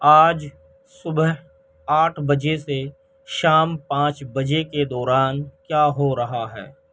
آج صبح آٹھ بجے سے شام پانچ بجے کے دوران کیا ہو رہا ہے